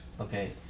Okay